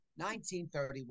1931